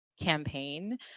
campaign